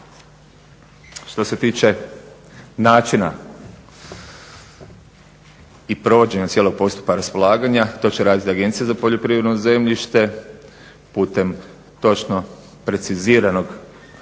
Što se tiče načina i provođenja cijelog postupka raspolaganja to će raditi Agencija za poljoprivredno zemljište putem točno preciziranog